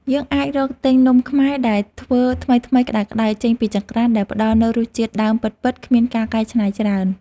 យើងអាចរកទិញនំខ្មែរដែលធ្វើថ្មីៗក្ដៅៗចេញពីចង្ក្រានដែលផ្ដល់នូវរសជាតិដើមពិតៗគ្មានការកែច្នៃច្រើន។